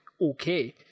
okay